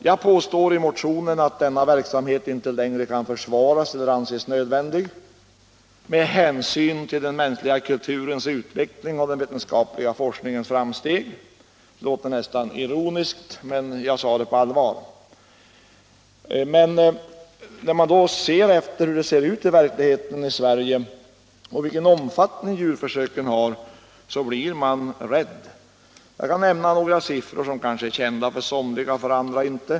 Jag påstår i motionen att denna verksamhet inte längre kan försvaras eller anses nödvändig med hänsyn till den mänskliga kulturens utveckling och den vetenskapliga forskningens framsteg. Det låter nästan ironiskt, men jag menar allvar. När man tar del av djurförsökens omfattning i Sverige så blir man rädd. Jag skall nämna några siffror som är kända för somliga men inte för andra.